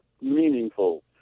meaningful